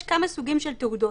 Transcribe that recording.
יש כמה סוגים של תעודות.